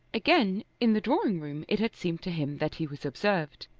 again, in the drawing-room it had seemed to him that he was observed.